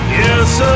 Yes